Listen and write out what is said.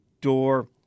door